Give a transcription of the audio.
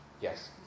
Yes